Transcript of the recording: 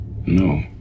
no